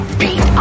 beat